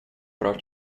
прав